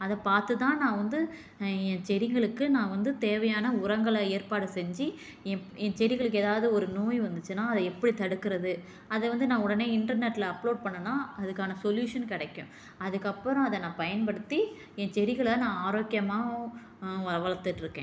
அதை பார்த்து தான் நான் வந்து என் செடிகளுக்கு நான் வந்து தேவையான உரங்களை ஏற்பாடு செஞ்சு என் என் செடிகளுக்கு ஏதாவது ஒரு நோய் வந்துச்சுன்னா அதை எப்படி தடுக்கிறது அதை வந்து நான் உடனே இன்டர்நெட்டில் அப்லோட் பண்ணுன்னா அதற்கான சொல்யூஷன் கிடைக்கும் அதற்கு அப்புறம் அதை நான் பயன்படுத்தி என் செடிகளை நான் ஆரோக்கியமாக வளர்த்துட்டு இருக்கேன்